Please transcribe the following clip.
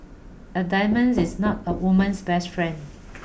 a diamond is not a woman's best friend